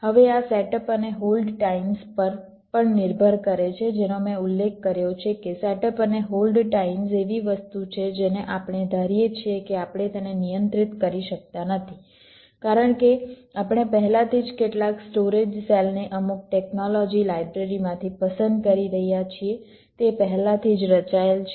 હવે આ સેટઅપ અને હોલ્ડ ટાઇમ્સ પર પણ નિર્ભર કરે છે જેનો મેં ઉલ્લેખ કર્યો છે કે સેટઅપ અને હોલ્ડ ટાઇમ્સ એવી વસ્તુ છે જેને આપણે ધારીએ છીએ કે આપણે તેને નિયંત્રિત કરી શકતા નથી કારણ કે આપણે પહેલાથી જ કેટલાક સ્ટોરેજ સેલ ને અમુક ટેક્નોલોજી લાઇબ્રેરી માંથી પસંદ કરી રહ્યા છીએ તે પહેલાથી જ રચાયેલ છે